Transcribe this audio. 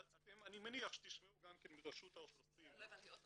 אני מניח שתשמעו גם כן מרשות האוכלוסין --- לא הבנתי,